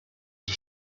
die